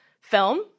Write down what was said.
film